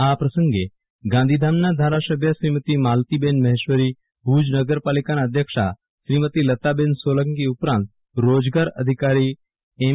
આ પ્રસંગે ગાંધીધામના ધારાસભ્ય શ્રીમતી માલતીબેન મહેશ્વરીએ ભુજ નગરપાલિકા અધ્યક્ષા શ્રીમતી લતાબેન સોલંકી ઉપરાંત રોજગાર અધિકારી એમ